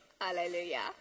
Hallelujah